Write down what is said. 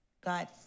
God